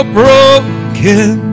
broken